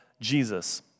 Jesus